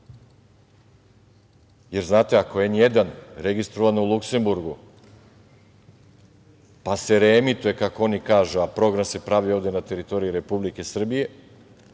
Srbiji. Znate, ako je N1 registrovan u Luksemburgu, pa se reemituje, kako oni kažu, a program se pravi na teritoriji Republike Srbije,